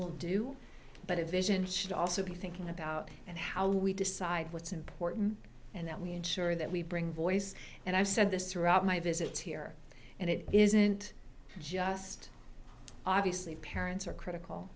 will do but a vision should also be thinking about and how we decide what's important and that we ensure that we bring voice and i've said this throughout my visits here and it isn't just obviously parents are critical